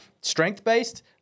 Strength-based